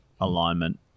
alignment